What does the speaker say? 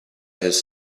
his